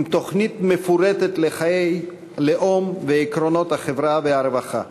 עם תוכנית מפורטת לחיי לאום ועקרונות החברה והרווחה,